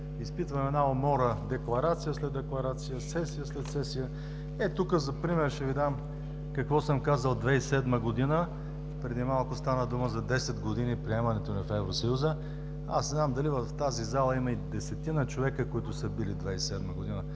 изпитвам една умора – декларация след декларация, сесия след сесия. Ето тук за пример ще Ви дам какво съм казал 2007 г. Преди малко стана дума за 10 години от приемането ни в Евросъюза. Аз не знам дали в тази зала има и десетина човека, които са били народни